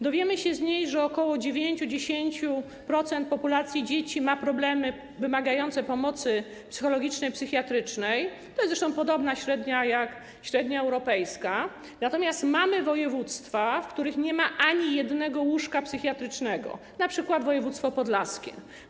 Dowiemy się z niej, że ok. 9–10% populacji dzieci ma problemy wymagające pomocy psychologicznej, psychiatrycznej - to jest zresztą podobna średnia do średniej europejskiej - natomiast mamy województwa, w których nie ma ani jednego łóżka psychiatrycznego, np. województwo podlaskie.